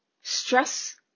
Stress